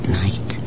night